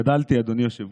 גדלתי, אדוני היושב-ראש,